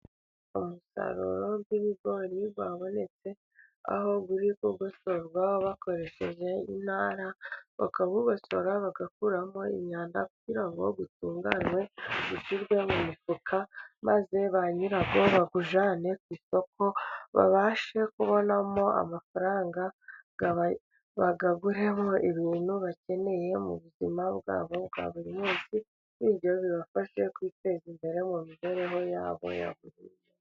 Umusaruro w'ibigori wabonetse, aho uri kugosorwa bakoresheje intara, bakawugosora bagakuramo imyanda kugira ngo utunganywe ushyirwe mu mifuka, maze ba nyirawo bawujyane ku isoko, babashe kubonamo amafaranga, bayaguremo ibintu bakeneye mu buzima bwabo bwa buri munsi, bityo bibafashe kwiteza imbere mu mibereho yabo ya buri munsi.